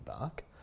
back